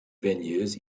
venues